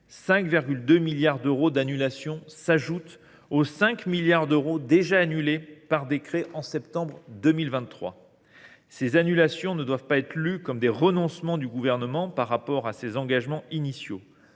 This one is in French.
5,2 milliards d’euros s’ajoutent ainsi aux 5 milliards déjà annulés par décret en septembre 2023. Ces annulations ne doivent pas être lues comme des renoncements du Gouvernement par rapport à ses engagements initiaux.